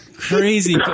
Crazy